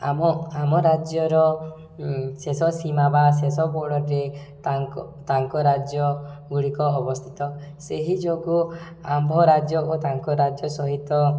ଆମ ଆମ ରାଜ୍ୟର ଶେଷ ସୀମା ବା ଶେଷ ବର୍ଡରରେ ତାଙ୍କ ତାଙ୍କ ରାଜ୍ୟ ଗୁଡ଼ିକ ଅବସ୍ଥିତ ସେହି ଯୋଗୁଁ ଆମ୍ଭ ରାଜ୍ୟ ଓ ତାଙ୍କ ରାଜ୍ୟ ସହିତ